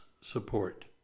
support